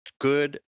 good